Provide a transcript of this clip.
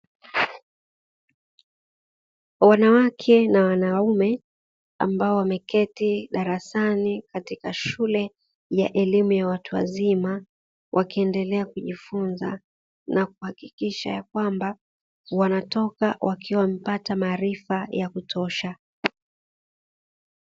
Wanawake na wanaume, ambao wameketi darasani katika shule ya elimu ya watu wazima, wakiendelea kujifunza na kuhakikisha kwamba wanatoka wakiwa wamepata maarifa ya kutosha.